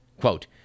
quote